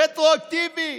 רטרואקטיבי.